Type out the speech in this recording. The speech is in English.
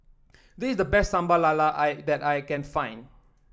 this is the best Sambal Lala I that I can find